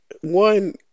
one